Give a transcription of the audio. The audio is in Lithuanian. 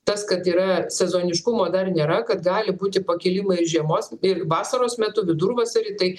tas kad yra sezoniškumo dar nėra kad gali būti pakilimai ir žiemos ir vasaros metu vidurvasarį tai